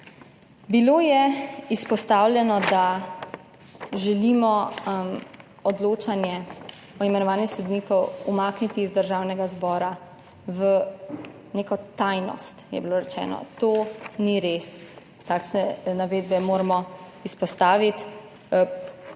je bilo, da želimo odločanje o imenovanju sodnikov umakniti iz Državnega zbora v neko tajnost. To je bilo rečeno. To ni res. Takšne navedbe moramo izpostaviti.